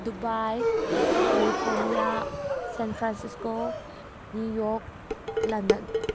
Dubai California San Francisco New York London